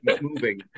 moving